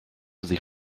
sich